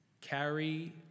carry